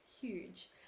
huge